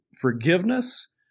forgiveness